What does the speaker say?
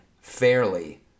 fairly